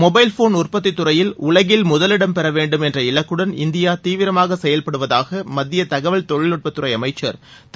mobile phone உற்பத்தித் துறையில் உலகில் முதலிடம் பெற வேண்டும் என்ற இலக்குடன் இந்தியா தீவிரமாக செயல்படுவதாக மத்திய தகவல் தொழில் நட்பத் துறை அமைச்சர் திரு